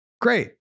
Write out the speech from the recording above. Great